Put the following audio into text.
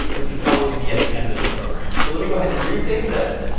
which should probably be at the end of the program. so let me go ahead and re-save this,